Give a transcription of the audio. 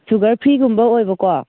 sugar ꯐ꯭ꯔꯤꯒꯨꯝꯕ ꯑꯣꯏꯕꯀꯣ